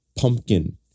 pumpkin